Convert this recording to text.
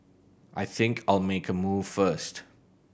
I think I'll make a move first